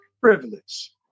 privilege